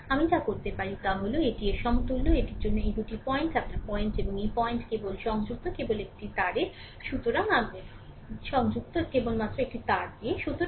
সুতরাং আমি যা করতে পারি তা হল এটি এর সমতুল্য এটির জন্য এই দুটি পয়েন্ট আপনার পয়েন্ট এবং এই পয়েন্টটি কেবল সংযুক্ত দ্বারা কেবল একটি তারের